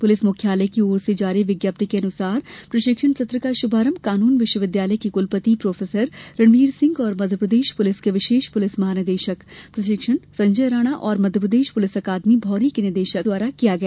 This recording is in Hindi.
पुलिस मुख्यालय की ओर से जारी विज्ञप्ति के अनुसार प्रशिक्षण सत्र का शुभारंभ कानून विश्वविद्यालय के कुलपति प्रोफेसर रणवीर सिंह और मध्यप्रदेश पुलिस के विशेष पुलिस महानिर्देशक प्रशिक्षण संजय राणा और मध्यप्रदेश पुलिस अकादमी भौंरी के निदेशक के टी वाईफे द्वारा किया गया